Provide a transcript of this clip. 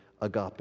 agape